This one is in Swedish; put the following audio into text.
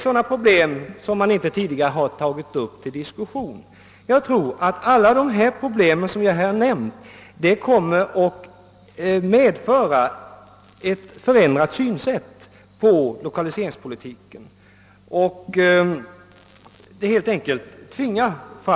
Sådana problem har man inte tidigare tagit upp till diskussion men jag tror att de kommer att medföra — kanske helt enkelt tvinga fram — ett förändrat synsätt på lokaliseringspolitiken.